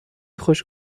خوش